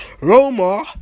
Roma